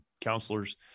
counselors